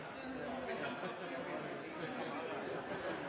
man skal